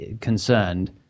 concerned